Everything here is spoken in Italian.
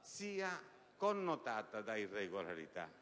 sia connotata da irregolarità.